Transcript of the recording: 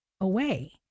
away